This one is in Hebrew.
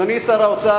אדוני שר האוצר,